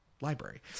library